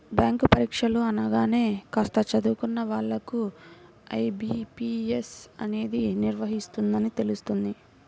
bank పరీక్షలు అనగానే కాస్త చదువుకున్న వాళ్ళకు ఐ.బీ.పీ.ఎస్ అనేది నిర్వహిస్తుందని తెలుస్తుంది